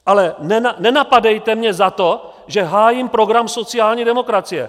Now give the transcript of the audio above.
Ale nenapadejte mě za to, že hájím program sociální demokracie.